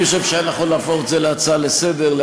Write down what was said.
אני חושב שהיה נכון להפוך את זה להצעה לסדר-היום,